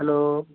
hello